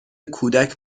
کودک